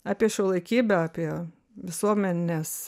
apie šiuolaikybę apie visuomenės